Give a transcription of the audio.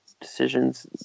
Decisions